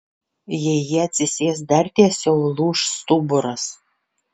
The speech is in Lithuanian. jei ji atsisės dar tiesiau lūš stuburas